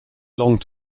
long